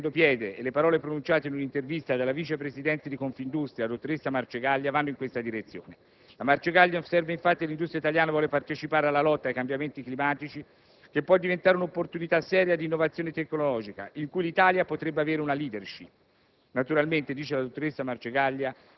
Sembra peraltro che questa visione stia prendendo piede e le parole pronunciate in un'intervista dalla vice presidente di Confindustria, la dottoressa Marcegaglia, vanno in questa direzione. Marcegaglia osserva, infatti, che 1'industria italiana vuole partecipare alla lotta ai cambiamenti climatici che può diventare un'opportunità seria di innovazione tecnologica in cui l'Italia potrebbe avere una *leadership*.